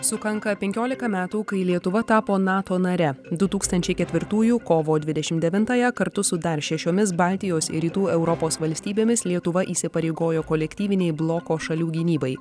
sukanka penkiolika metų kai lietuva tapo nato nare du tūkstančiai ketvirtųjų kovo dvidešimt devintąją kartu su dar šešiomis baltijos ir rytų europos valstybėmis lietuva įsipareigojo kolektyvinei bloko šalių gynybai